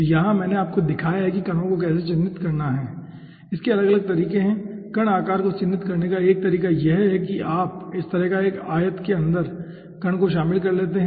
तो यहां मैंने आपको दिखाया है कि कणों को कैसे चिह्नित किया जाता है अलग अलग तरीके हैं कण आकार को चिह्नित करने का एक तरीका यह है कि आप इस तरह एक आयत के अंदर कण को शामिल करते हैं